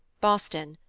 boston,